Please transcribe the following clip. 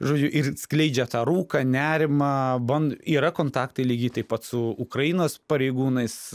žodžiu ir skleidžia tą rūką nerimą ban yra kontaktai lygiai taip pat su ukrainos pareigūnais